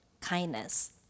kindness